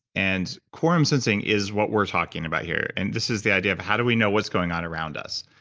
and quorum sensing is what we're talking about here, and this is the idea of, how do we know what's going on around us?